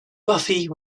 buffy